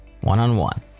one-on-one